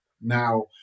Now